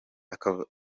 akavuyo